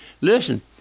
listen